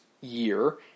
year